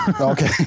Okay